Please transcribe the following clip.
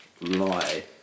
lie